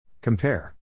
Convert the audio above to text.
Compare